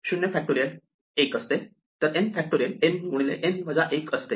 0 factorial 1 असते तर n factorial n गुणिले n वजा 1 असते